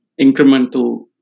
incremental